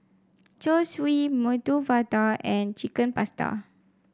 Zosui Medu Vada and Chicken Pasta